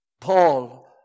Paul